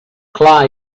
clar